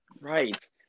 Right